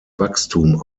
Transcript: wachstum